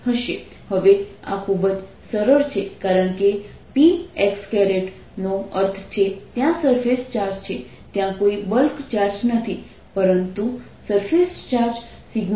હવે આ ખૂબ જ સરળ છે કારણ કે Px નો અર્થ છે ત્યાં સરફેસ ચાર્જ છે ત્યાં કોઈ બલ્ક ચાર્જ નથી પરંતુ સરફેસ ચાર્જ σ P